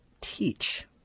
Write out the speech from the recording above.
teach